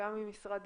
גם ממשרד